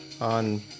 on